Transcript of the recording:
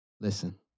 Listen